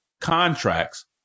contracts